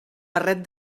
barret